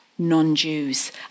non-Jews